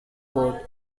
board